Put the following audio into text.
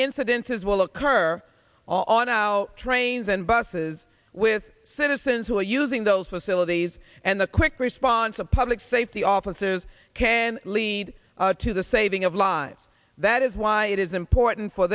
incidences will occur on our trains and buses with citizens who are using those facilities and the quick response of public safety officers can lead to the saving of lives that is why it is important for